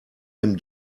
him